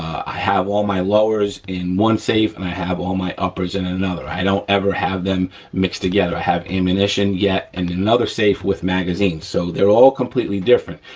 i have all my lowers in one safe and i have all my uppers and in another. i don't ever have them mixed together. i have ammunition yet and in another safe with magazines. so they're all completely different.